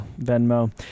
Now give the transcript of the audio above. Venmo